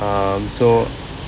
um so